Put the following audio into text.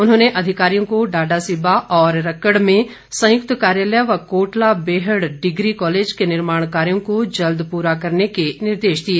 उन्होंने अधिकारियों को डाडासिबा और रक्कड़ में संयुक्त कार्यालय व कोटला बेहड़ डिग्री कॉलेज के निर्माण कार्यो को जल्द पूरा करने के निर्देश दिए